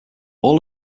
all